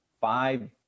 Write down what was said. five